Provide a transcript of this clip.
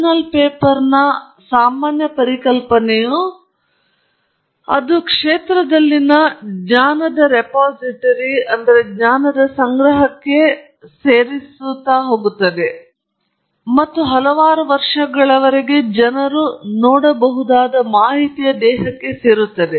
journal ಪೇಪರ್ನ ಸಾಮಾನ್ಯ ಪರಿಕಲ್ಪನೆಯು ಅದು ಕ್ಷೇತ್ರದಲ್ಲಿನ ಜ್ಞಾನದ ರೆಪೊಸಿಟರಿಯನ್ನು ಸೇರಿಸುತ್ತದೆ ಮತ್ತು ಆದ್ದರಿಂದ ಅದು ಅಲ್ಲಿಗೆ ಹೋಗುವುದು ಮತ್ತು ಹಲವಾರು ವರ್ಷಗಳವರೆಗೆ ಜನರು ನೋಡಬಹುದಾದ ಮಾಹಿತಿಯ ದೇಹಕ್ಕೆ ಸೇರುತ್ತದೆ